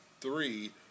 three